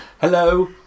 Hello